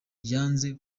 yanze